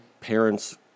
parents